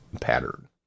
pattern